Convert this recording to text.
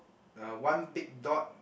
uh one big dot